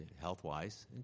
health-wise